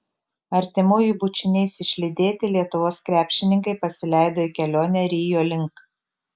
artimųjų bučiniais išlydėti lietuvos krepšininkai pasileido į kelionę rio link